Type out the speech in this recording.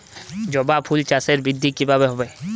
জবা ফুল চাষে বৃদ্ধি কিভাবে হবে?